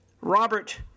Robert